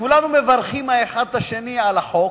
וכולנו מברכים האחד את השני על החוק,